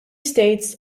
states